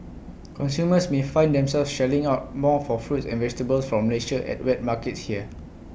consumers may find themselves shelling out more for fruits and vegetables from Malaysia at wet markets here